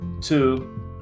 Two